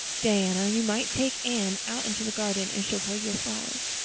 diana, you might take anne out into the garden and show her your flowers.